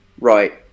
right